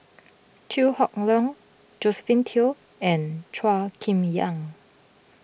Chew Hock Leong Josephine Teo and Chua Chim Yang